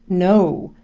no,